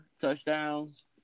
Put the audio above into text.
touchdowns